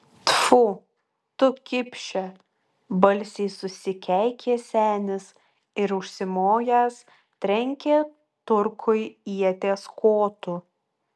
tfu tu kipše balsiai susikeikė senis ir užsimojęs trenkė turkui ieties kotu